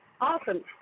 awesome